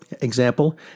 example